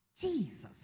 Jesus